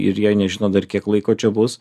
ir jie nežino dar kiek laiko čia bus